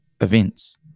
events